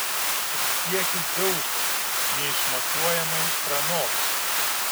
prisiekiu dzeusu neišmatuojamai pranoks